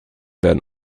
werden